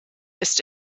ist